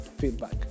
feedback